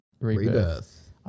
Rebirth